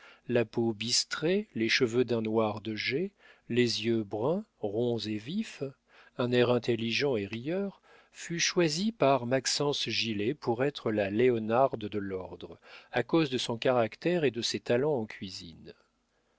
la peau bistrée les cheveux d'un noir de jais les yeux bruns ronds et vifs un air intelligent et rieur fut choisie par maxence gilet pour être la léonarde de l'ordre à cause de son caractère et de ses talents en cuisine